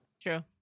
True